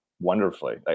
wonderfully